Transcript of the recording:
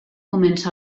comença